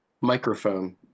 microphone